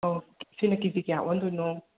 ꯑꯣ ꯀ ꯁꯤꯅ ꯀꯦꯖꯤ ꯀꯌꯥ ꯑꯣꯟꯗꯣꯏꯅꯣ